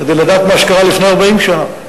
כדי לדעת מה שקרה לפני 40 שנה,